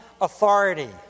authority